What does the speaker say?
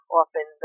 often